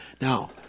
Now